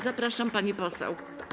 Zapraszam, pani poseł.